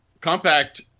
compact